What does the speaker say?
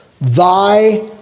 Thy